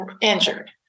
Injured